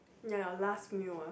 ya your last meal ah